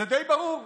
זה די ברור לי.